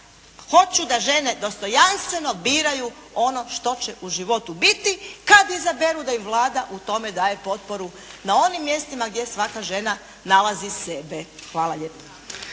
hoću da žene dostojanstveno biraju ono što će u životu biti kad izaberu da im Vlada u tome daje potporu na onim mjestima gdje svaka žena nalazi sebe. Hvala lijepo.